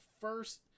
first